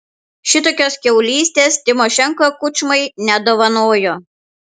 šitokios kiaulystės tymošenko kučmai nedovanojo